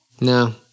No